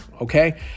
Okay